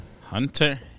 Hunter